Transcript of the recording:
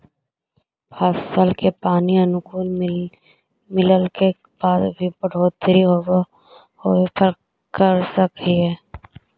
फसल के पानी अनुकुल मिलला के बाद भी न बढ़ोतरी होवे पर का कर सक हिय?